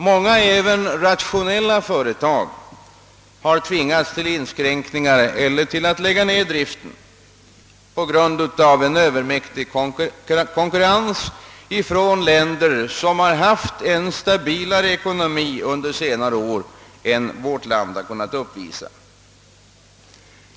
Många — även rationellt drivna — företag har tvingats till inskränkningar eller driftnedläggelse på grund av övermäktig konkurrens från länder som haft en stabilare ekonomi under senare år än vårt land kunnat uppvisa.